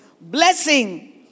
blessing